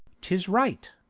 tis right.